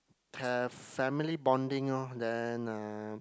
have family bonding lor then uh